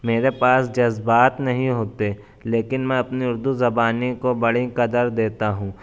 میرے پاس جذبات نہیں ہوتے لیکن میں اپنی اُردو زبانی کو بڑی قدر دیتا ہوں